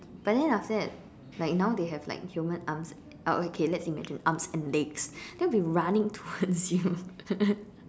but then after that like now they have like human arms oh okay let's imagine arms and legs they will be running towards you